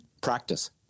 practice